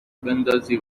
بندازی